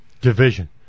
division